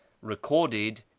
recorded